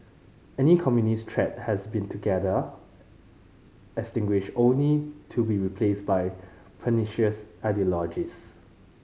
any communist threat has been altogether extinguished only to be replaced by pernicious ideologies